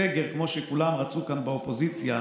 סגר, כמו שכולם רצו כאן באופוזיציה,